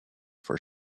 for